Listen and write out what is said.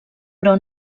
però